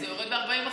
כי זה יורד ל-40%,